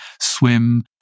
swim